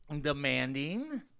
demanding